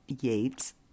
Yates